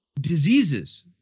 diseases